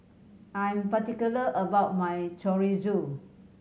I am particular about my Chorizo